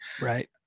right